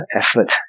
effort